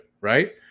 right